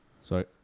Sorry